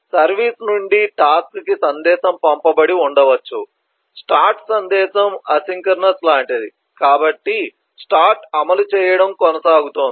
service నుండి task కి సందేశం పంపబడి ఉండవచ్చు స్టార్ట్ సందేశం అసింక్రోనస్ లాంటిది కాబట్టి స్టార్ట్ అమలు చేయడం కొనసాగుతోంది